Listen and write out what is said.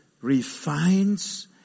refines